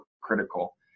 critical